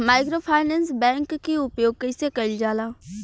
Microfinance bank के उपयोग कइसे कइल जाला?